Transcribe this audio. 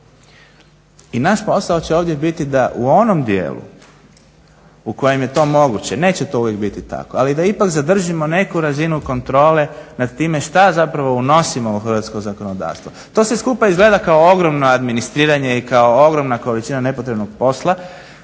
I naš posao će ovdje biti da u onom dijelu u kojem je to moguće, neće to uvijek biti tako, ali da ipak zadržimo neku razinu kontrole nad time šta zapravo unosimo u hrvatsko zakonodavstvo. To sve skupa izgleda kao ogromno administriranje i kao ogromna količina nepotrebnog posla,